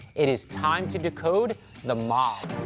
it is time to decode the mob.